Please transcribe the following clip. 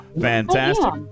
fantastic